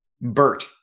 Bert